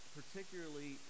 particularly